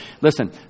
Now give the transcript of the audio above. Listen